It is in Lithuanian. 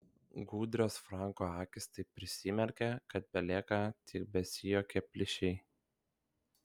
gudrios franko akys taip prisimerkia kad belieka tik besijuokią plyšiai